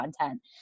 content